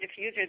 diffuser